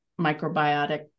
microbiotic